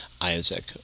Isaac